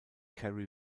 kerry